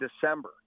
December